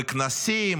וכנסים